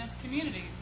communities